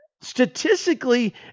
statistically